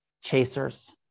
chasers